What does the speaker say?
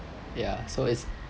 yeah so it's